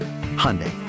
Hyundai